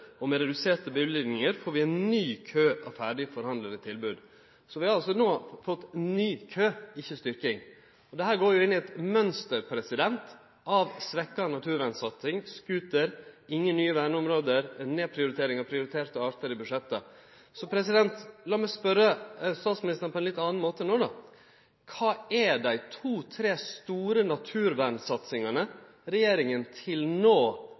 Og vidare: «Med reduserte bevilgninger får vi en ny kø av ferdig forhandlede tilbud.» Vi har altså no fått ny kø, ikkje styrking. Dette går inn i eit mønster av svekka naturvernsatsing, scooter, ingen nye verneområde og nedprioritering av prioriterte arter i budsjettet. La meg no spørje statsministeren på ein litt annan måte: Kva er dei to–tre store naturvernsatsingane regjeringa til